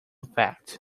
fact